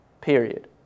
period